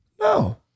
No